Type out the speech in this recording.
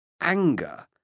anger